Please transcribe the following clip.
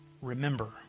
remember